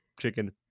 chicken